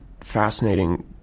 fascinating